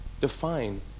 define